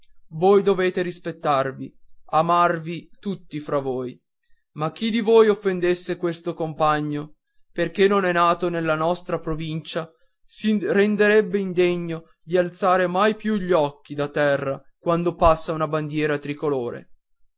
voi dovete rispettarvi amarvi tutti fra voi ma chi di voi offendesse questo compagno perché non è nato nella nostra provincia si renderebbe indegno di alzare mai più gli occhi da terra quando passa una bandiera tricolore